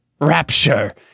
Rapture